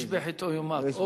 "איש בחטאו יומת".